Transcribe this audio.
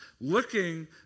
looking